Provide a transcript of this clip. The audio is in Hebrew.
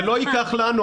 זה לא ייקח לנו,